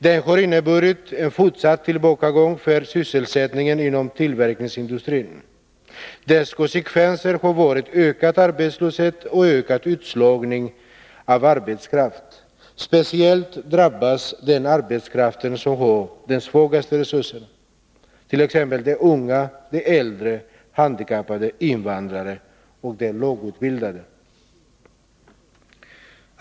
Den har inneburit en fortsatt tillbakagång för sysselsättningen inom tillverkningsindustrin. Dess konsekvenser har varit ökad arbetslöshet och ökad utslagning av arbetskraft. Speciellt drabbas den arbetskraft som har de svagaste resurserna, t.ex. de unga, de äldre, handikappade, invandrare och de lågutbildade.